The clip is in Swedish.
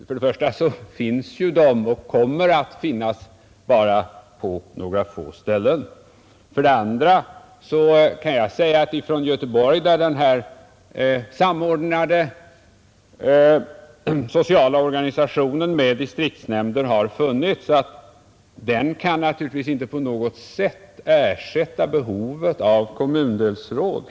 För det första finns de och kommer de att finnas bara på några få ställen, För det andra kan jag säga att för Göteborgs del, där den samordnade sociala organisationen med distriktsnämnder har funnits, kan den naturligtvis inte på något sätt ersätta behovet av kommundelsråd.